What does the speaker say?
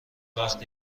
وقت